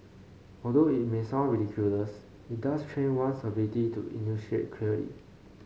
although it may sound ridiculous it does train one's ability to enunciate clearly